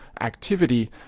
activity